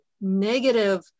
negative